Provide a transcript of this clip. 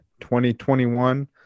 2021